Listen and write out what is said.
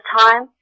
time